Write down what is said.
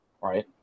right